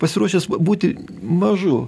pasiruošęs būti mažu